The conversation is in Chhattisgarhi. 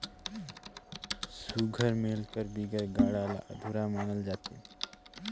सुग्घर मेल कर बिगर गाड़ा ल अधुरा मानल जाथे